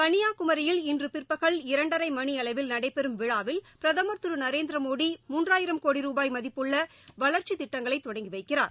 கன்னியாகுமரியில் இன்று பிற்பகல் இரண்டரை மணியளவில் நடைபெறும் விழாவில் பிரதமர் திரு நரேந்திர மோடி மூன்றாயிரம் கோடி ரூபாய் மதிப்புள்ள வளர்ச்சித் திட்டங்களை தொடங்கி வைக்கிறார்